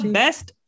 best